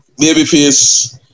babyface